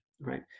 right